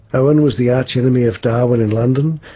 owen was the arch-enemy of darwin in london,